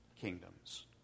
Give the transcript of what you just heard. kingdoms